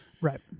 right